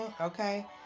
okay